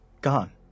gone